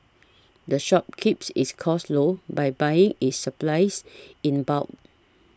the shop keeps its costs low by buying its supplies in bulk